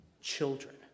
children